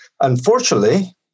Unfortunately